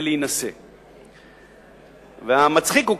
המצחיק הוא,